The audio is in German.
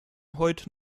heute